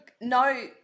no